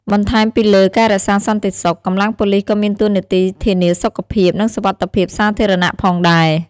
បន្ថែមពីលើការរក្សាសន្តិសុខ កម្លាំងប៉ូលិសក៏មានតួនាទីធានាសុខភាព និងសុវត្ថិភាពសាធារណៈផងដែរ។